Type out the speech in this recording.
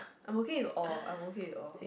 I am okay with all I am okay with all